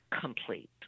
complete